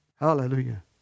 Hallelujah